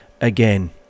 again